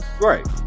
Right